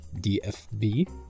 DFB